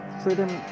freedom